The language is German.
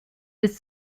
bis